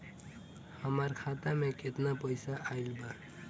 हमार खाता मे केतना पईसा आइल बा?